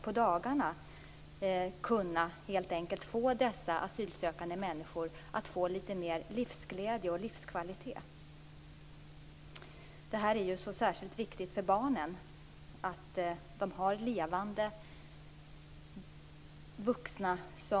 I många fall deltar barnen i den vanliga skolan i kommunen. Kommunen erhåller statlig ersättning för skoleundervisningen.